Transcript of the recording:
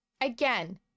Again